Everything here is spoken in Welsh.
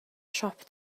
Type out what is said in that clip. siop